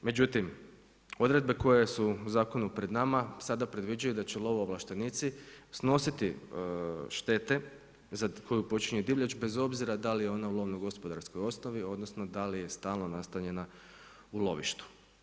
Međutim, odredbe koje su u zakonu pred nama sada predviđaju da će lovoovlaštenici snositi štete za koju počini divljač bez obzira da li je ona u lovno gospodarskoj osnovi, odnosno da li je stalno nastanjena u lovištu.